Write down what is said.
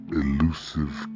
elusive